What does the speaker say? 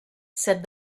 said